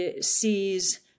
sees